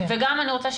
וגם אני רוצה,